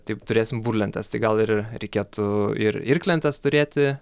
taip turėsim burlentes tai gal ir reikėtų ir irklentes turėti